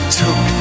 took